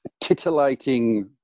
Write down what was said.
titillating